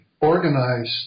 organized